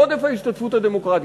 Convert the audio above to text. עודף ההשתתפות הדמוקרטית,